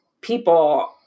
people